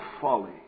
folly